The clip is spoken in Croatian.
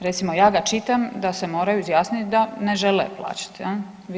Recimo, ja ga čitam, da se moraju izjasniti da ne žele plaćati, je li?